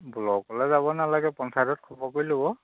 ব্লকলে যাব নালাগে পঞ্চায়তত খবৰ কৰি ল'ব